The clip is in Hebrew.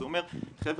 אז הוא אומר חבר'ה,